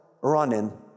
running